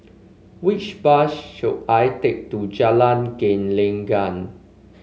which bus should I take to Jalan Gelenggang